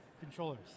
controllers